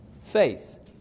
Faith